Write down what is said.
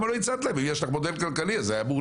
האם יש לך מודל כלכלי שאותו אחד שמשלם